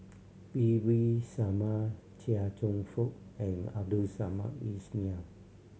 P V Sharma Chia Cheong Fook and Abdul Samad Ismail